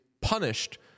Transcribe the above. punished